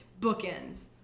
bookends